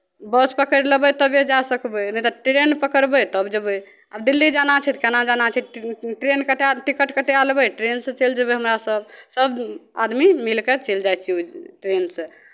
बस पकड़ि लेबै तबे जा सकबै नहि तऽ ट्रेन पकड़बै तब जेबै अब दिल्ली जाना छै तऽ केना जाना छै ट्रेन तऽ कटा टिकट कटाए लेबै ट्रेनसँ चलि जेबै हमरासभ सभ आदमी मिलि कऽ चलि जाइ छियै ओहि ट्रेनसँ